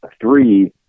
Three